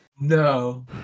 No